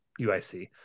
UIC